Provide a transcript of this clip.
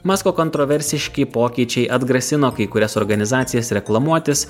masko kontroversiški pokyčiai atgrasino kai kurias organizacijas reklamuotis